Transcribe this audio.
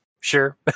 Sure